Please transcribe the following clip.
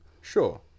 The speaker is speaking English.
Sure